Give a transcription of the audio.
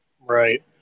Right